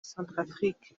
centrafrique